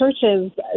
churches